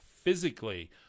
Physically